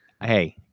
Hey